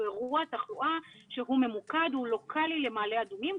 אירוע תחלואה שהוא ממוקד, הוא לוקלי למעלה אדומים.